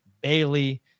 Bailey